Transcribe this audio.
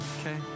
okay